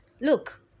look